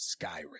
Skyrim